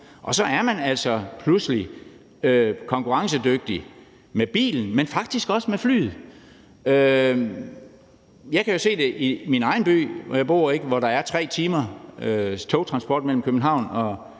Og så er man altså pludselig konkurrencedygtig med bilen, men faktisk også med flyet. Jeg kan jo se det i min egen by: Der er 3 times togtransport mellem København og